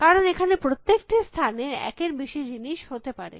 কারণ এখানে প্রত্যেকটি স্থানে একের বেশী জিনিস হতে পারে